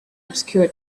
obscure